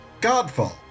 Godfall